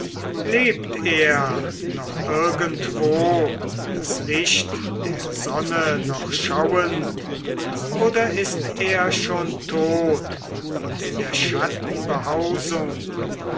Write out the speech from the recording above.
lebt er noch irgendwo das licht der sonne noch schauend oder ist er schon tot und in der